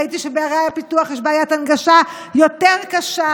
ראיתי שבערי הפיתוח יש בעיית הנגשה יותר קשה